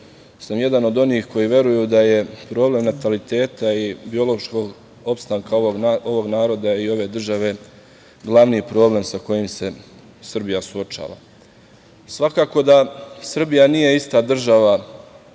sam jedna od onih koji veruju da je problem nataliteta i biološkog opstanka ovog naroda i ove države glavni problem sa kojim se Srbija suočava. Svakako da Srbija nije ista država